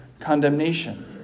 condemnation